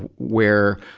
where,